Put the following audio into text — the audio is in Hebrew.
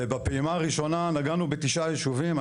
ובפעימה הראשונה נגענו בתשעה ישובים,